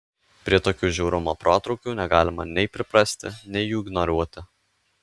prie tokių žiaurumo protrūkių negalima nei priprasti nei jų ignoruoti